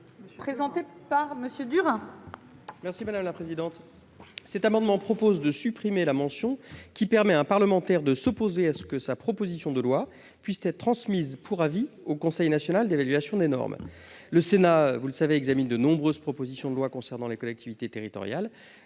: La parole est à M. Jérôme Durain. Cet amendement tend à supprimer la mention qui permet à un parlementaire de s'opposer à ce que sa proposition de loi soit transmise pour avis au Conseil national d'évaluation des normes. Le Sénat, vous le savez, examine de nombreuses propositions de loi concernant les collectivités territoriales.